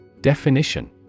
Definition